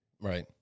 Right